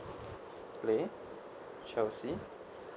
play chealsea